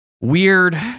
weird